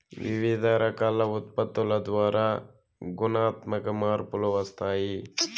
వివిధ రకాల ఉత్పత్తుల ద్వారా గుణాత్మక మార్పులు వస్తాయి